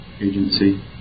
agency